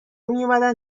میومدن